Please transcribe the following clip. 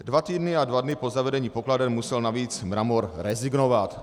Dva týdny a dva dny po zavedení pokladen musel navíc Mramor rezignovat.